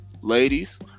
Ladies